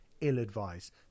ill-advised